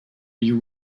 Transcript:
you